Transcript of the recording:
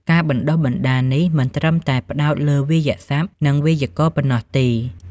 ការបណ្តុះបណ្តាលនេះមិនត្រឹមតែផ្តោតលើវាក្យសព្ទ និងវេយ្យាករណ៍ប៉ុណ្ណោះទេ។